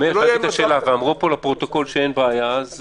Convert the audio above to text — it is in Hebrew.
אמרו לפרוטוקול שאין בעיה.